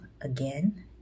again